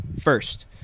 first